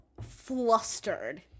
flustered